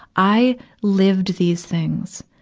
i lived these things,